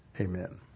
amen